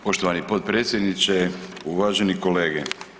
Poštovani potpredsjedniče, uvaženi kolege.